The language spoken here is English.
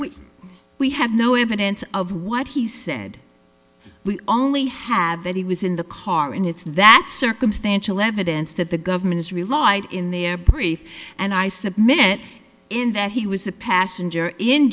which we have no evidence of what he said we only have that he was in the car and it's that circumstantial evidence that the government is relied in their brief and i submit in that he was a passenger in